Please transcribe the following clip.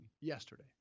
yesterday